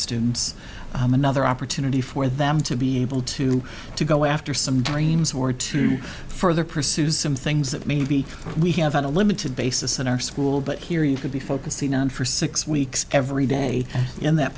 students another opportunity for them to be able to to go after some dreams or to further pursue some things that maybe we have on a limited basis in our school but here you could be focusing on for six weeks every day in that